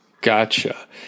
gotcha